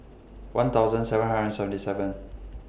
one thousand seven hundred and seventy seven